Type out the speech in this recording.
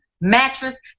mattress